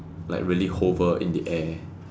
like really hover in the air